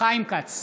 חיים כץ,